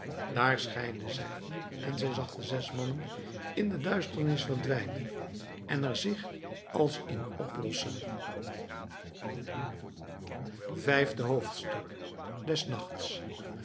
daar scheidden zij en zij zag de zes mannen in de duisternis verdwijnen en er zich als in oplossen vijfde hoofdstuk des nachts